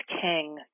king